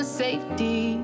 safety